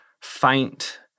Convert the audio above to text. faint